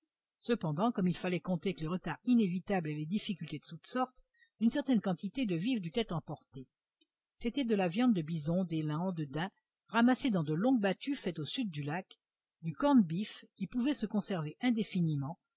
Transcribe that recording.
cependant comme il fallait compter avec les retards inévitables et les difficultés de toutes sortes une certaine quantité de vivres dut être emportée c'était de la viande de bison d'élan de daim ramassée dans de longues battues faites au sud du lac du corn beef qui pouvait se conserver indéfiniment